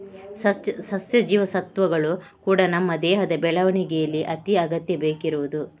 ಸಸ್ಯ ಜೀವಸತ್ವಗಳು ಕೂಡಾ ನಮ್ಮ ದೇಹದ ಬೆಳವಣಿಗೇಲಿ ಅತಿ ಅಗತ್ಯ ಬೇಕಿರುದು